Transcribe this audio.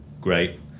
Great